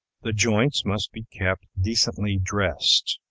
the joints must be kept decently dressed.